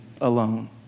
alone